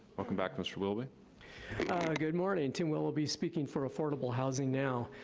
welcome back mr. willoughby. good morning, tim willoughby speaking for affordable housing now!